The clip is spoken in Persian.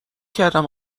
کردم